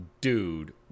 dude